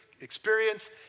experience